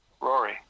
Rory